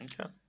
okay